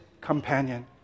companion